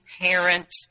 parent